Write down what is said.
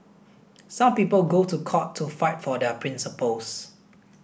some people go to court to fight for their principles